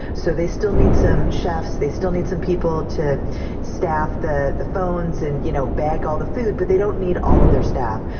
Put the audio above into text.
so they still need some chefs. they still need some people to staff the the phones and, you know, bag all the food, but they don't need all of their staff.